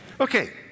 Okay